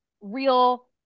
real